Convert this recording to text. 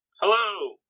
Hello